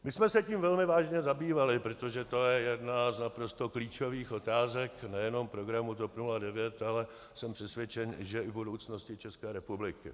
My jsme se tím velmi vážně zabývali, protože to je jedna z naprosto klíčových otázek nejenom programu TOP 09, ale jsem přesvědčen, že i budoucnosti České republiky.